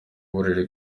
buriri